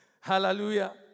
Hallelujah